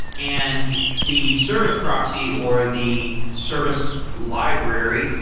and the service proxy or the service library,